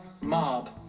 mob